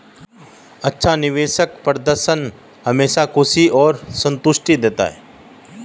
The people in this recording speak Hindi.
अच्छा निवेश प्रदर्शन हमेशा खुशी और संतुष्टि देता है